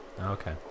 Okay